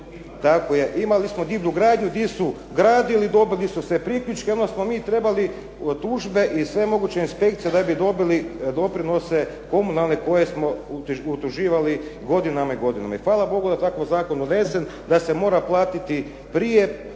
tako je, imali smo divlju gradnju gdje su gradili, dobili su sve priključke, onda smo mi trebali tužbe i sve moguće inspekcije da bi dobili doprinose, komunalne koje smo utuživali godinama i godinama. I hvala Bogu da je tako zakon donesen da se mora platiti prije